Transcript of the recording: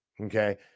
okay